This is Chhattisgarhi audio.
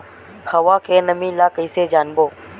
हवा के नमी ल कइसे जानबो?